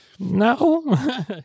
No